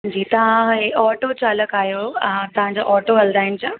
जी तव्हां हे ऑटो चालक आहियो हा तव्हांजो ऑटो हलंदा आहिनि छा